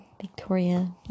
Victoria